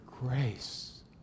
grace